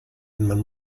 man